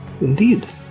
Indeed